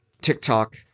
TikTok